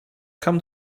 come